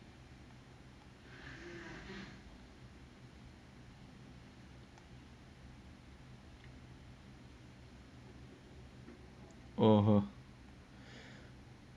(uh huh)